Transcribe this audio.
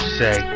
say